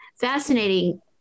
fascinating